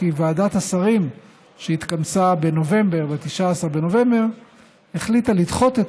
כי ועדת השרים שהתכנסה ב-19 בנובמבר החליטה לדחות את